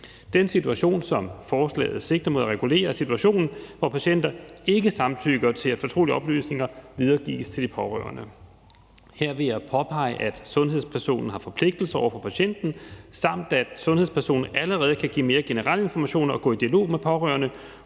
Den situation, som forslaget sigter mod at regulere, er en situation, hvor patienter ikke samtykker til, at fortrolige oplysninger videregives til de pårørende. Her vil jeg påpege, at sundhedspersonen har en forpligtelse over for patienten, og at sundhedspersonen allerede kan give mere generelle informationer og gå i dialog med pårørende